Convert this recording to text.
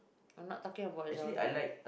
I'm not talking about genre